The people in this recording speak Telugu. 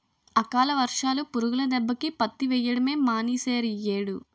అకాల వర్షాలు, పురుగుల దెబ్బకి పత్తి వెయ్యడమే మానీసేరియ్యేడు